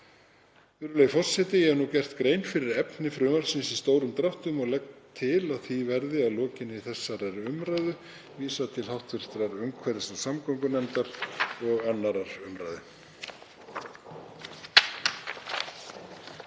Virðulegi forseti. Ég hef nú gert grein fyrir efni frumvarpsins í stórum dráttum og legg til að því verði að lokinni þessari umræðu vísað til hv. umhverfis- og samgöngunefndar og 2. umr.